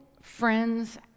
friends